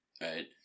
Right